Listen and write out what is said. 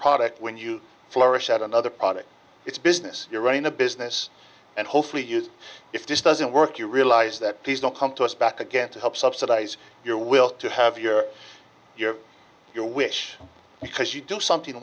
product when you flourish at another product it's business you're running a business and hopefully yours if this doesn't work you realize that these don't come to us back again to help subsidize your will to have your your your wish because you do something